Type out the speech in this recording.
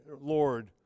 Lord